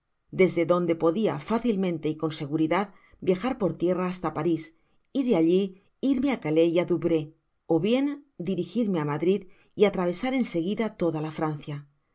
desde donde poua fácilmente y con seguridad viajar por tierra hasla paris y de alli irme á calais y á douvres ó bien dirigirme á madrid y atravesar en seguida toda la francia